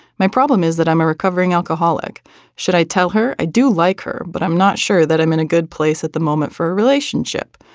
my problem is that i'm a recovering alcoholic should i tell her i do like her but i'm not sure that i'm in a good place at the moment for a relationship.